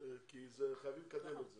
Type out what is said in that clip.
כי חייבים לקדם את זה.